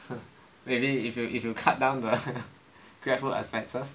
maybe if you if you cut down the Grab food expenses